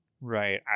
Right